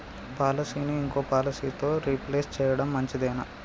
పాలసీని ఇంకో పాలసీతో రీప్లేస్ చేయడం మంచిదేనా?